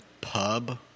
pub